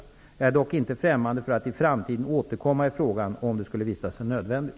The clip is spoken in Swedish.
Jag är dock inte främmande för att i framtiden återkomma i frågan, om det skulle visa sig nödvändigt.